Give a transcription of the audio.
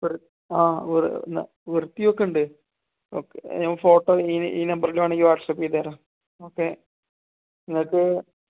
വൃത്തി ആ വൃത്തിയൊക്കെ ഉണ്ട് ഓക്കെ ഞാൻ ഫോട്ടോ ഈ നമ്പറൽ വേണമെങ്കിൽ വാട്സആപ്പ് ചെയ്ത് തരാം ഓക്കെ നിങ്ങൾക്ക്